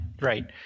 Right